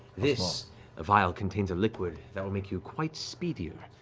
this vial contains a liquid that will make you quite speedier.